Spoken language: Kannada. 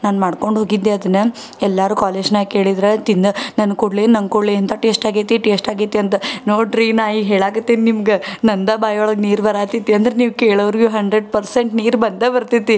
ನಾನು ಮಾಡ್ಕೊಂಡು ಹೋಗಿದ್ದೆ ಅದನ್ನು ಎಲ್ಲರೂ ಕಾಲೇಜ್ನ್ಯಾಗ ಕೇಳಿದ್ರು ತಿನ್ನೋ ನನಗೆ ಕೊಡಲೆ ನಂಗೆ ಕೊಡಲೆ ಅಂತ ಟೇಶ್ಟ್ ಆಗೈತಿ ಟೇಶ್ಟ್ ಆಗೈತಿ ಅಂತ ನೋಡಿರಿ ನಾನು ಈ ಹೇಳಾಕತ್ತೀನಿ ನಿಮ್ಗೆ ನಂದು ಬಾಯಿ ಒಳಗೆ ನೀರು ಬರಾ ಹತ್ತೇತಿ ಅಂದ್ರೆ ನೀವು ಕೇಳೋರ್ಗೂ ಹಂಡ್ರೆಡ್ ಪರ್ಸೆಂಟ್ ನೀರು ಬಂದೇ ಬರ್ತೈತಿ